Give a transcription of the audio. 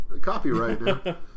copyright